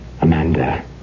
Amanda